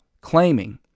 claiming